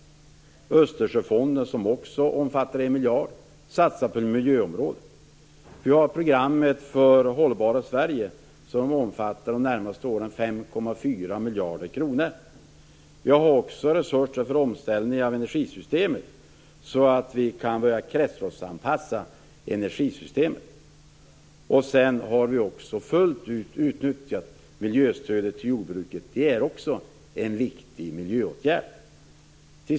Genom Östersjöfonden, som också omfattar 1 miljard kronor, satsar vi på miljöområdet. Programmet för det hållbara Sverige omfattar 5,4 miljarder kronor under de närmaste åren. Dessutom har vi resurserna för en omställning av energisystemet så att vi kan börja kretsloppsanpassa energisystemet. Vi har även fullt ut utnyttjat miljöstödet till jordbruket. Detta är också en viktig miljöåtgärd.